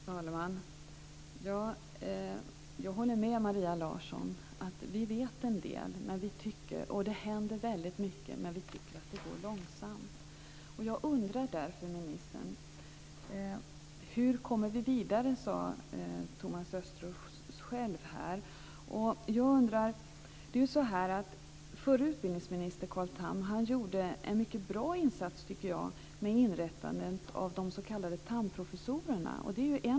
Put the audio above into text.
Fru talman! Jag håller med Maria Larsson. Vi vet en del och det händer väldigt mycket men vi tycker att det går långsamt. Thomas Östros berörde själv frågan om hur vi kommer vidare. Förre utbildningsministern, Carl Tham, gjorde en mycket bra insats, tycker jag, i och med inrättandet av de s.k. Thamprofessorerna.